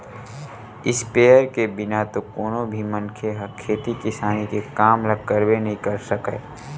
sprayer के बिना तो कोनो भी मनखे ह खेती किसानी के काम ल करबे नइ कर सकय